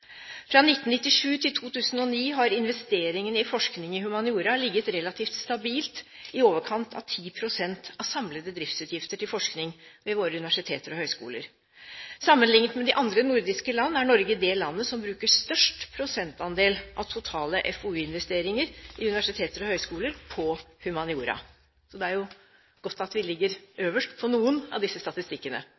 Fra 1997–2009 har investeringene i forskning i humaniora ligget relativt stabilt i overkant av 10 pst. av samlede driftsutgifter til forskning ved våre universiteter og høyskoler. Sammenliknet med de andre nordiske landene er Norge det landet som bruker størst prosentandel av totale FoU-investeringer i universiteter og høyskoler på humaniora. Det er jo godt at vi ligger øverst på noen av disse statistikkene.